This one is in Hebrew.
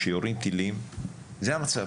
כשיורים טילים זה המצב.